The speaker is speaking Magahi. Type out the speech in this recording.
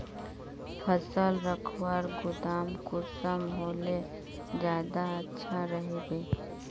फसल रखवार गोदाम कुंसम होले ज्यादा अच्छा रहिबे?